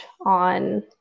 on